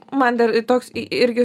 man dar toks irgi